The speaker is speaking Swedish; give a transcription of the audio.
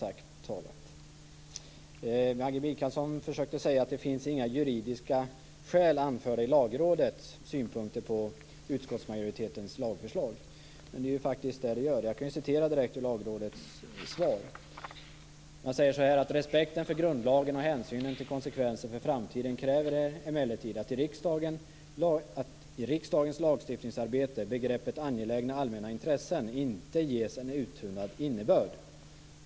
Maggi Mikaelsson försökte säga att det inte finns några juridiska skäl anförda i Lagrådets synpunkter på utskottsmajoritetens lagförslag, men det är faktiskt det som det gör. Jag kan citera direkt ur Lagrådets svar: "Respekten för grundlagen och hänsynen till konsekvenser för framtiden kräver emellertid att i riksdagens lagstiftningsarbete begreppet angelägna allmänna intressen inte ges en uttunnad innebörd".